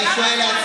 אבל אני תוהה לעצמי,